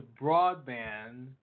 broadband